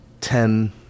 ten